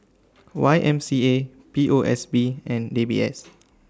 Y M C A P O S B and D B S